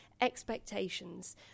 expectations